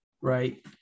Right